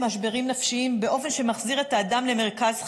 משברים נפשיים באופן שמחזיר את האדם למרכז חייו,